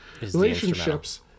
Relationships